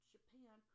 Japan